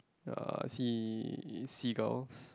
uh sea seagulls